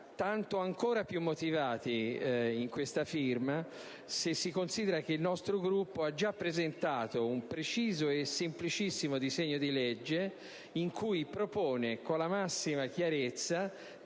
Siamo ancora più motivati, in questa firma, se si considera che il nostro Gruppo ha già presentato un preciso e semplicissimo disegno di legge, in cui si propone, con la massima chiarezza,